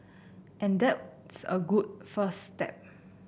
and that's a good first step